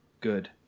good